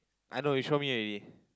I know you show me already